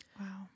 Wow